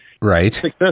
Right